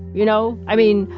you know. i mean,